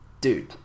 dude